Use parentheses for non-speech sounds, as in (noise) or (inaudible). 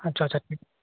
আচ্ছা আচ্ছা (unintelligible)